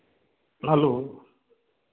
hello